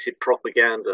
propaganda